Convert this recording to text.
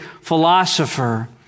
philosopher